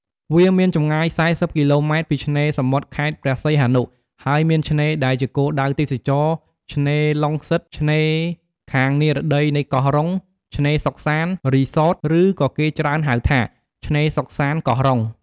វាមានចំងាយ ៤០គីឡូម៉ែតពីឆ្នេរសមុទ្រខេត្តព្រះសីហនុ ហើយមានឆ្នេរដែលជាគោលដៅទេសចរណ៍ ឆ្នេរឡុងសិត ឆ្នេរខាងនិរតីនៃកោះរ៉ុង ឆ្នេរសុខសាន្ត រីសត ឬក៏គេច្រើនហៅថា ឆ្នេរសុខសាន្ត កោះរ៉ុង។